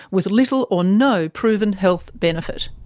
with little or no proven health benefit.